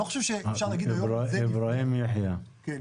ד"ר איברהים יחיא.